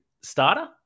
starter